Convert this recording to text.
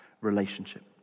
relationship